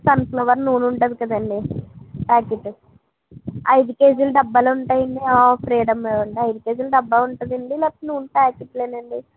sun flower నూనె ఉంటుంది కదండి ప్యాకెట్ ఐదు కేజీలు డబ్బాలు ఉంటాయి ఆ ఫ్రీడమ్ డబ్బా ఉంటుందండి లేకపోతే నూనె ప్యాకెట్లేనే అండి